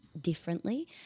differently